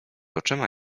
oczyma